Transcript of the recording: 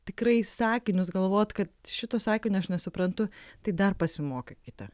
tikrai sakinius galvot kad šito sakinio aš nesuprantu tai dar pasimokykite